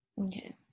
Okay